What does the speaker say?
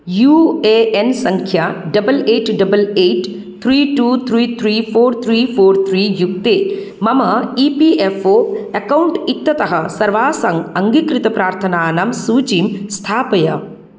you A N सङ्ख्या double eight double eight त्रि two त्रि त्रि फ़ोर् त्रि फ़ोर् त्रि युक्ते मम E P F O account इत्यतः सर्वासाम् अङ्गीकृतप्रार्थनानां सूचीं स्थापय